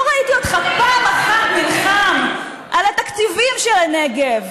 לא ראיתי אותך פעם אחת נלחם על התקציבים של הנגב,